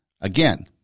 Again